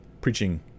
preaching